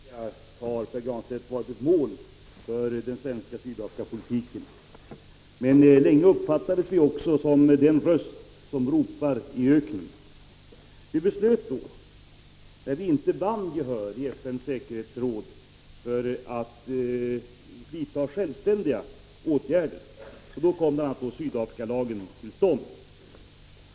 Herr talman! Internationella åtgärder mot Sydafrika har, Pär Granstedt, varit målet för svensk Sydafrikapolitik. Men länge uppfattades vi som den röst som ropar i öknen. När vi inte vann gehör i FN:s säkerhetsråd för internationella sanktioner vidtog vi självständiga åtgärder. Då kom Sydafrikalagen till stånd.